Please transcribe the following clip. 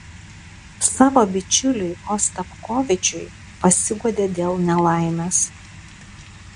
savo bičiuliui ostapkovičiui pasiguodė dėl nelaimės